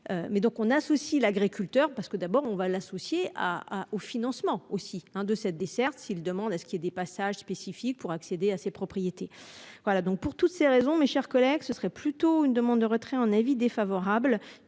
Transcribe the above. Mais donc on associe l'agriculteur parce que d'abord on on va l'associer à à au financement aussi hein de cette desserte s'il demande à ce qu'il y ait des passages spécifiques pour accéder à ces propriétés. Voilà donc pour toutes ces raisons, mes chers collègues, ce serait plutôt une demande de retrait un avis défavorable